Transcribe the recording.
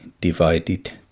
divided